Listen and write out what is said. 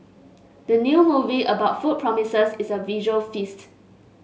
the new movie about food promises a visual feast